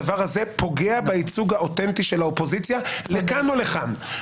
הדבר הזה פוגע בייצוג האוטנטי של האופוזיציה לכאן או לכאן.